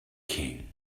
king